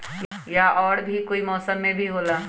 या और भी कोई मौसम मे भी होला?